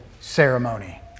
ceremony